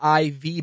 IV